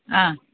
ആ